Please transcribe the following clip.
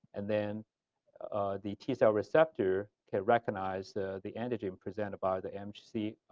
and then the t-cell receptor can recognize the the antigen presented by the mhc